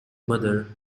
mother